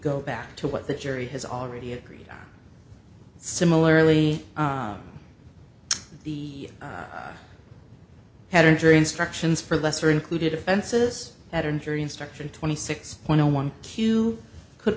go back to what the jury has already agreed on similarly the head injury instructions for lesser included offenses that are injury instruction twenty six point zero one q could